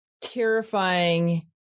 terrifying